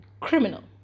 criminal